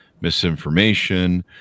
misinformation